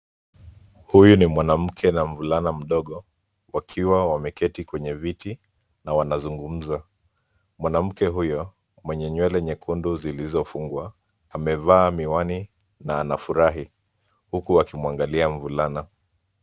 Huyu ni mwanamke na mvulana mdogo, wakiwa wameketi kwenye viti na wanazungumza. Mwanamke huyo mwenye nywele nyekundu zilizofungwa, amevaa miwani na anafurahi, huku akimwangalia mvulana.